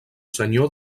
senyor